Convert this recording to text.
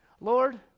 Lord